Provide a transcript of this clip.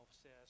says